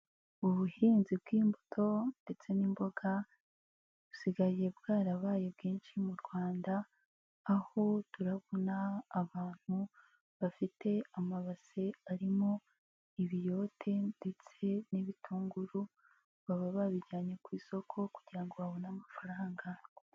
Ubuhinzi bw'imbuto ndetse n'imboga busigaye bwarabaye bwinshi mu Rwanda, aho turabona abantu bafite amabase arimo ibiyote ndetse n'ibitunguru, baba babijyanye ku isoko kugira ngo babone amafaranga.